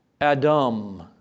Adam